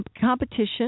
competition